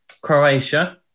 Croatia